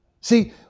See